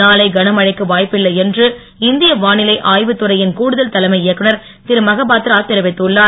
நாளை கனமழைக்கு வாய்ப்பில்லை என்று இந்திய வாளிலை ஆய்வுத் துறையின் கூடுதல் தலைமை இயக்குனர் திரு மகபாத்ரா தெரிவித்துள்ளார்